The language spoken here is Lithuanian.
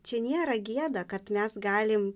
čia nėra gėda kad mes galim